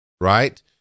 right